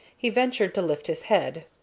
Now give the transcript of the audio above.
he ventured to lift his head.